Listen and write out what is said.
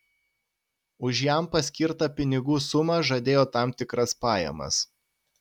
už jam paskirtą pinigų sumą žadėjo tam tikras pajamas